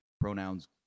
pronouns